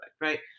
right